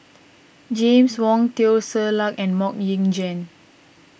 James Wong Teo Ser Luck and Mok Ying Jang